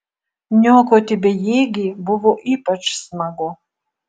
niokoti bejėgį buvo ypač smagu